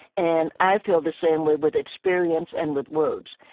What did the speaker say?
and i feel the same way with experience and with words.